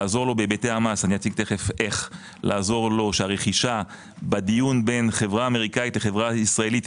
לעזור לו בהיבטי המס שהרכישה בדיון בין חברה אמריקאית לחברה ישראלית,